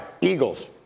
Eagles